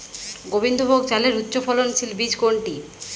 গোবিন্দভোগ চালের উচ্চফলনশীল বীজ কোনটি?